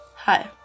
Hi